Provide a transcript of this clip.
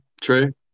true